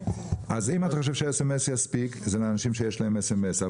אם אתה חושב שה-סמס יספיק, זה לאנשים שיש להם סמס.